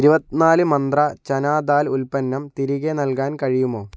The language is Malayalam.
ഇരുപത്തിനാല് മന്ത്രാ ചനാ ദാൽ ഉൽപ്പന്നം തിരികെ നൽകാൻ കഴിയുമോ